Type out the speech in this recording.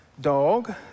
dog